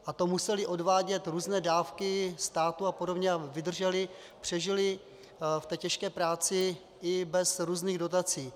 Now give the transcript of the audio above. A to museli odvádět různé dávky státu a podobně a vydrželi, přežili v té těžké práci i bez různých dotací.